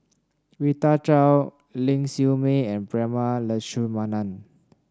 Rita Chao Ling Siew May and Prema Letchumanan